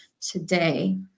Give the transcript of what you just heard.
today